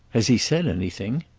has he said anything?